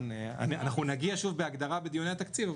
נגיע שוב בדיוני התקציב.